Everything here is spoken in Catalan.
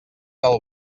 del